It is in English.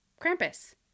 Krampus